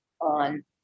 on